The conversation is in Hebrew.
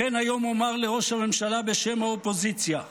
לכן היום אומר לראש הממשלה בשם האופוזיציה: